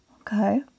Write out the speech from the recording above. Okay